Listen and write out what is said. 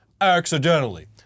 accidentally